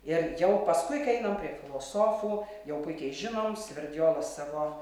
ir jau paskui kai einam prie filosofų jau puikiai žinom sverdiolas savo